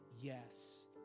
yes